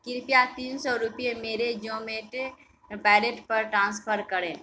कृपया तीन सौ रुपये मेरे जोमैटे बैलेट पर ट्रांसफर करें